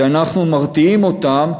שאנחנו מרתיעים אותם,